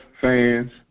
fans